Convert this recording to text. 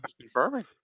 Confirming